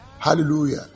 Hallelujah